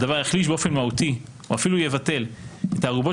הדבר יחליש באופן מהותי או אפילו יבטל את הערובות